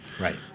Right